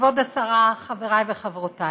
כבוד השרה, חבריי וחברותיי,